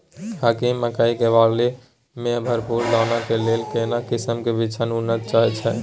हाकीम मकई के बाली में भरपूर दाना के लेल केना किस्म के बिछन उन्नत छैय?